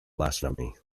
blasphemy